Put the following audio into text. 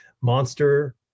monster